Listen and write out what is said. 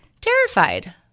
Terrified